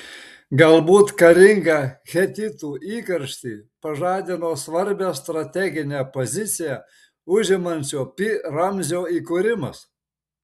galbūt karingą hetitų įkarštį pažadino svarbią strateginę poziciją užimančio pi ramzio įkūrimas